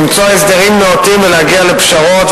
למצוא הסדרים נאותים ולהגיע לפשרות,